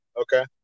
Okay